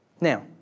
Now